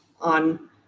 on